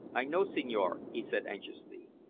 i know, signore, he said anxiously.